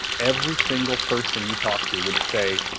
every single person you talk to would say,